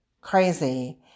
crazy